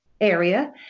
area